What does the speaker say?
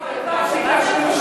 מה זה "האנשים האלה"?